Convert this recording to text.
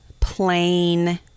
plain